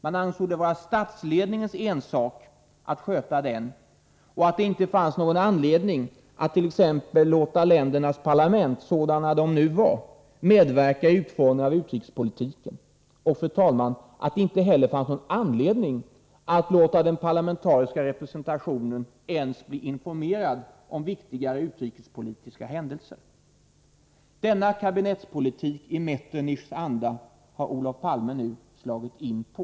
Man ansåg att det var statsledningens ensak att sköta den och att det inte fanns någon anledning att t.ex. låta ländernas parlament, sådana de nu var, medverka i utformningen av utrikespolitiken och att det inte heller fanns någon anledning att låta den parlamentariska representationen ens bli informerad om viktigare utrikespolitiska händelser. Denna kabinettspolitik i Metternichs anda har Olof Palme nu slagit in på.